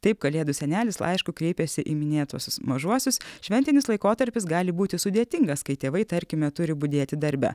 taip kalėdų senelis laišku kreipėsi į minėtuosius mažuosius šventinis laikotarpis gali būti sudėtingas kai tėvai tarkime turi budėti darbe